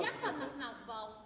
Jak pan nas nazwał?